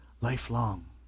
lifelong